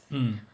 mm